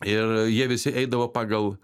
ir jie visi eidavo pagal